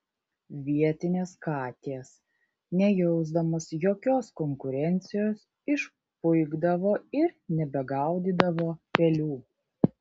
vietinės katės nejausdamos jokios konkurencijos išpuikdavo ir nebegaudydavo pelių